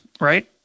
right